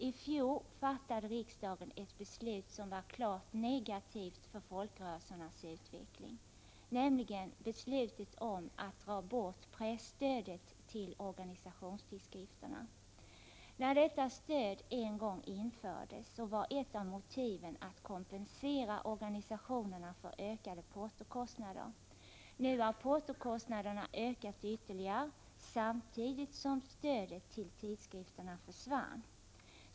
I fjol fattade riksdagen ett beslut som var klart negativt för folkrörelsernas utveckling — nämligen beslutet om att ta bort presstödet till organisationstidskrifterna. När detta stöd en gång infördes var ett av motiven att organisationerna skulle kompenseras för ökade portokostnader. Nu har portokostnaderna stigit ytterligare, samtidigt som stödet till tidskrifterna försvann.